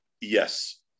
yes